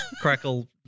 Crackle